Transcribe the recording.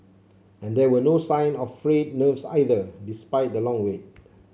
and there were no sign of frayed nerves either despite the long wait